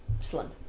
slim